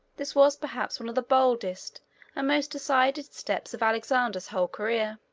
this was perhaps one of the boldest and most decided steps of alexander's whole career.